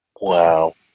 wow